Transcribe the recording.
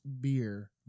beer